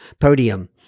podium